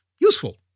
useful